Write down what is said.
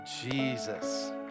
Jesus